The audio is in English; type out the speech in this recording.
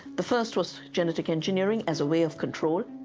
the first was genetic engineering as a way of control.